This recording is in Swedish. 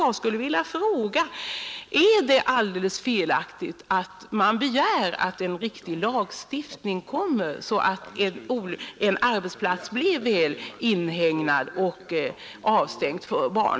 Jag vill fråga om det är felaktigt, att man begär att en lagstiftning införs, så att arbetsplatser blir väl inhägnade och avstängda för barn.